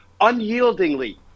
unyieldingly